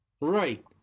Right